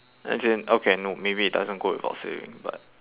as in okay no maybe it doesn't go with our saving but